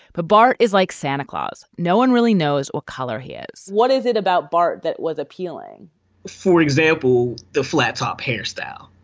but barr is like santa claus. no one really knows what color he is what is it about bart that was appealing for example the flattop hairstyle.